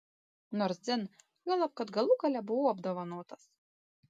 nors dzin juolab kad galų gale buvau apdovanotas